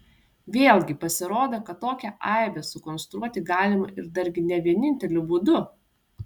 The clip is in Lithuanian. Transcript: vėlgi pasirodo kad tokią aibę sukonstruoti galima ir dargi ne vieninteliu būdu